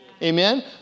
Amen